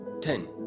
Ten